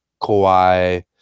Kawhi